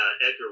Edgar